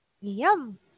Yum